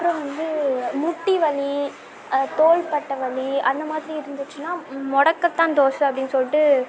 அப்புறோம் வந்து முட்டி வலி தோல்ப்பட்ட வலி அந்த மாதிரி இருந்துச்சுன்னா முடக்கத்தான் தோசை அப்படின் சொல்லிட்டு